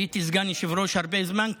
הייתי סגן יושב-ראש הרבה זמן,